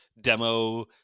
demo